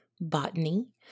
Botany